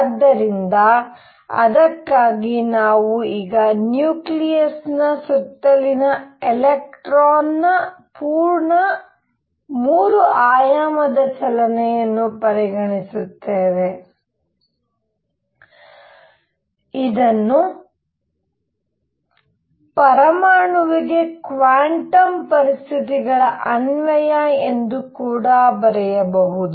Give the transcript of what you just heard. ಆದ್ದರಿಂದ ಅದಕ್ಕಾಗಿ ನಾವು ಈಗ ನ್ಯೂಕ್ಲಿಯಸ್ನ ಸುತ್ತಲಿನ ಎಲೆಕ್ಟ್ರಾನ್ನ ಪೂರ್ಣ 3 ಆಯಾಮದ ಚಲನೆಯನ್ನು ಪರಿಗಣಿಸುತ್ತೇವೆ ಇದನ್ನು ಪರಮಾಣುವಿಗೆ ಕ್ವಾಂಟಮ್ ಪರಿಸ್ಥಿತಿಗಳ ಅನ್ವಯ ಎಂದು ಕೂಡ ಕರೆಯಬಹುದು